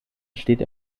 steht